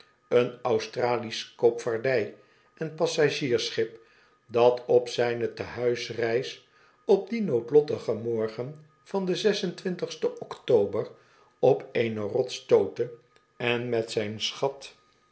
een australisch koopvaardij en passagiersschip dat op zijne tehuisreis op dien noodlottigen morgen van den sten october op eene rots stootte en met zijn schat